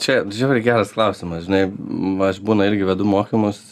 čia žiauriai geras klausimas žinai va aš būna irgi vedu mokymus